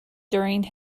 during